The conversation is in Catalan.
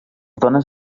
dones